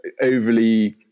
overly